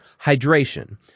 Hydration